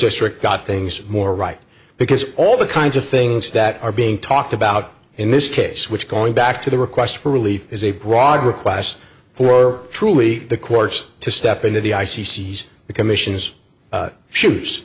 district got things more right because all the kinds of things that are being talked about in this case which going back to the request for relief is a broad requests for truly the courts to step into the i c c he's the commission's shoes